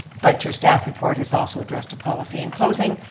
but your staff report has also addressed a policy. in closing,